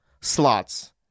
slots